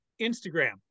Instagram